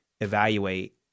evaluate